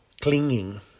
clinging